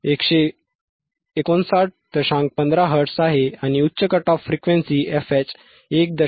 15Hz आहे आणि उच्च कट ऑफ फ्रिक्वेन्सी fH 1